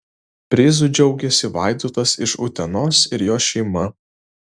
prizu džiaugiasi vaidotas iš utenos ir jo šeima